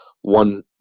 one